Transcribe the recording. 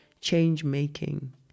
Change-making